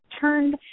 turned